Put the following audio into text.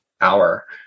hour